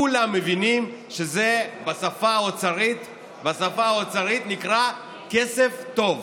כולם מבינים שזה בשפה האוצרית נקרא "כסף טוב".